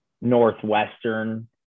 Northwestern